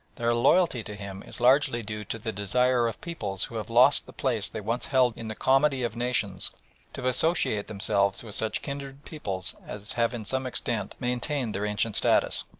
their loyalty to him is largely due to the desire of peoples who have lost the place they once held in the comity of nations to associate themselves with such kindred peoples as have in some extent maintained their ancient status.